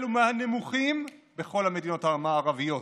הוא מהנמוכים בכל המדינות המערביות.